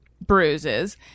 bruises